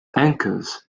anchors